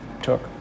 took